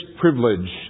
privilege